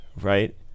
Right